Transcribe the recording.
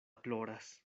ploras